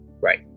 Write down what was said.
right